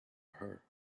her